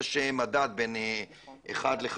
יש מדד בין 1 ל-5,